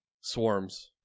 swarms